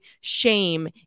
shame